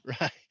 right